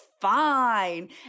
fine